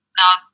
now